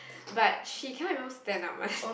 but she cannot even stand up one